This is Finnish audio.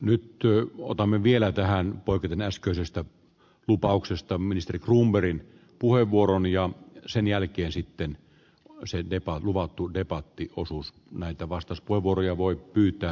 nyt työ otamme vielä tähän poiketen äskeisestä lupauksestaan ministeri kunnarin puheenvuoron ja sen jälkeen sitten on se joka on luvattu debatti osuus meitä vastus puhuria voi pyytää